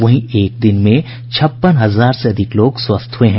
वहीं एक दिन में छप्पन हजार से अधिक लोग स्वस्थ हुए हैं